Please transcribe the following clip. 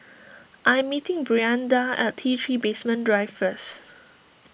I am meeting Brianda at T three Basement Drive first